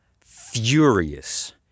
furious